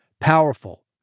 powerful